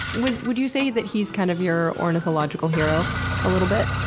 would would you say that he's kind of your ornithological hero a little bit?